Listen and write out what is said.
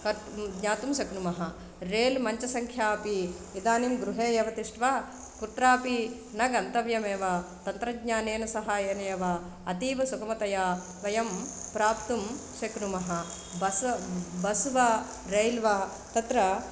कर्तुं ज्ञातुं शक्नुमः रेल् मञ्चसङ्ख्या अपि इदानीं गृहे एव तिष्ट्वा कुत्रापि न गन्तव्यमेव तन्त्रज्ञान सहायेन एव अतीव सुगमतया वयं प्राप्तुं शक्नुमः बस् बस् वा रेल् वा तत्र